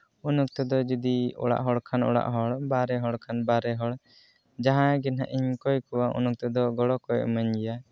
ᱩᱱ ᱚᱠᱛᱚ ᱫᱚ ᱡᱩᱫᱤ ᱚᱲᱟᱜ ᱦᱚᱲ ᱠᱷᱟᱱ ᱚᱲᱟᱜ ᱦᱚᱲ ᱵᱟᱦᱨᱮ ᱦᱚᱲ ᱠᱷᱟᱱ ᱵᱟᱦᱨᱮ ᱦᱚᱲ ᱡᱟᱦᱟᱸᱭ ᱜᱮ ᱱᱟᱦᱟᱜ ᱤᱧ ᱠᱷᱚᱭ ᱠᱚᱣᱟ ᱩᱱᱛᱮᱫᱚ ᱜᱚᱲᱚ ᱠᱚ ᱮᱢᱟᱹᱧ ᱜᱮᱭᱟ